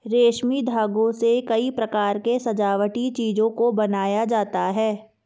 रेशमी धागों से कई प्रकार के सजावटी चीजों को बनाया जाता है